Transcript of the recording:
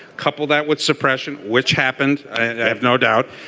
couple that with suppression which happened. i have no doubt.